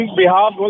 behalf